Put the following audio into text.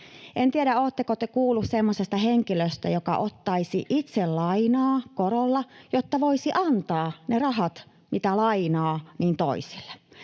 En tiedä, oletteko te kuulleet semmoisesta henkilöstä, joka ottaisi itse lainaa korolla, jotta voisi antaa ne rahat, mitä lainaa, toiselle.